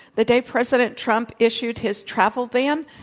the day president trump issued his travel ban,